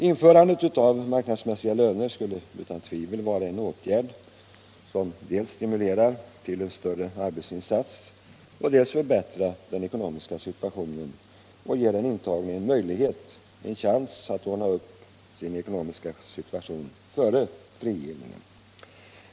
Införandet av marknadsmässiga löner skulle utan tvivel vara en åtgärd som dels stimulerar till en större arbetsinsats, dels ger den intagne en möjlighet att ordna upp sin ekonomiska situation före frigivningen.